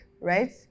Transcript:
right